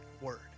word